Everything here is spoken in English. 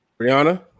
Brianna